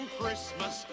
Christmas